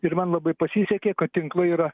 ir man labai pasisekė kad tinklai yra